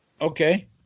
Okay